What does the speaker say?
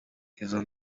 izo